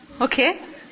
Okay